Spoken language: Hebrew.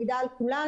מידע על כולנו,